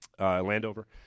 Landover